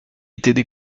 étaient